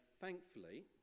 thankfully